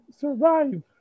survive